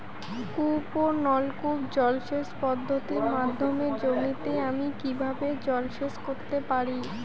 কূপ ও নলকূপ জলসেচ পদ্ধতির মাধ্যমে জমিতে আমি কীভাবে জলসেচ করতে পারি?